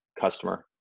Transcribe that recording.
customer